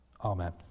Amen